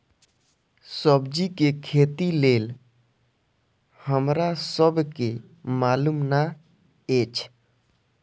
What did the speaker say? सब्जी के खेती लेल हमरा सब के मालुम न एछ?